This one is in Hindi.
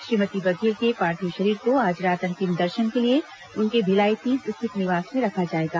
श्रीमती बघेल के पार्थिव शरीर को आज रात अंतिम दर्शन के लिए उनके भिलाई तीन स्थित निवास में रखा जाएगा